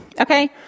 okay